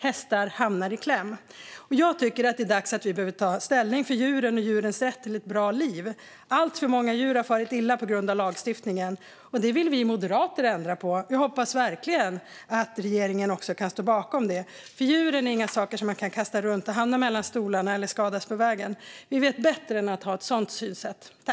Hästar hamnar i kläm.